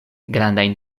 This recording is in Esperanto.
grandajn